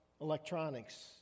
electronics